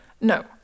No